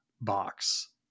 box